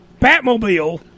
Batmobile